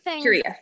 curious